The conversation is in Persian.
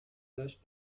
داشت